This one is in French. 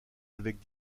avec